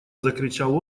закричал